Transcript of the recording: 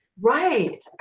Right